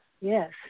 Yes